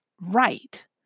right